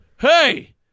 hey